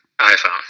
iPhone